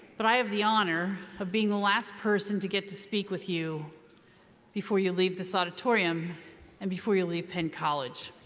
but i have the honor of being the last person to get to speak with you before you leave this auditorium and before you leave penn college.